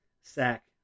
sack